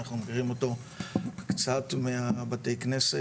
אנחנו מכירים אותו קצת מבתי הכנסת,